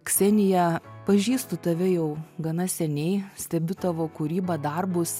ksenija pažįstu tave jau gana seniai stebiu tavo kūrybą darbus